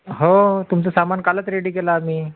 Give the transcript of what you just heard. हो तुमचं सामान कालच रेडी केलं आम्ही